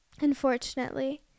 unfortunately